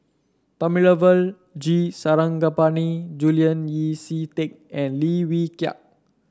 Thamizhavel G Sarangapani Julian Yeo See Teck and Lim Wee Kiak